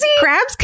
crabs